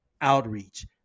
outreach